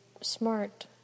smart